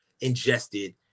ingested